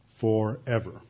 forever